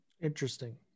Interesting